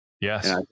Yes